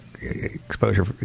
exposure